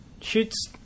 Shoots